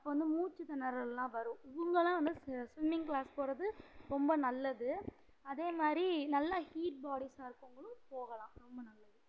அப்போது வந்து மூச்சு திணறல்லாம் வரும் இவங்கள்லாம் வந்து ஸ் ஸ்விம்மிங் க்ளாஸ் போகிறது ரொம்ப நல்லது அதேமாதிரி நல்லா ஹீட் பாடிஸாக இருக்கறவங்களும் போகலாம் ரொம்ப நல்லது